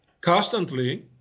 constantly